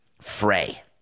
fray